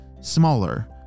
smaller